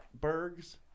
bergs